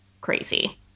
crazy